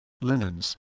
linens